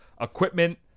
equipment